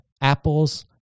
apples